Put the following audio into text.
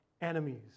enemies